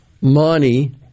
money